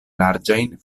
larĝajn